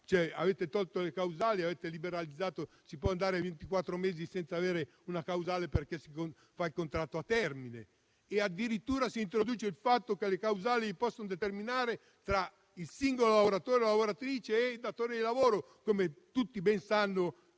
avete tolto le causali e avete liberalizzato. Si può arrivare a ventiquattro mesi senza una causale, perché si stipula un contratto a termine; addirittura si introduce il fatto che le causali si possono determinare tra il singolo lavoratore o lavoratrice e il datore di lavoro. Come tutti ben sanno,